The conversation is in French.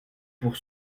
pour